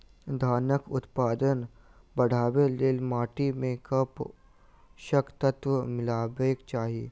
धानक उत्पादन बढ़ाबै लेल माटि मे केँ पोसक तत्व मिलेबाक चाहि?